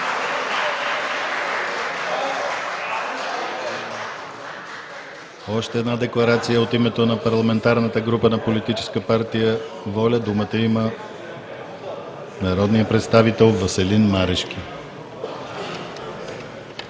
Още една декларация. От името на парламентарната група на Политическа партия „Воля“ думата има народният представител Веселин Марешки.